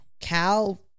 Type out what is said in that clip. Cal